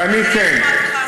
ואני כן.